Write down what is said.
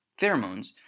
pheromones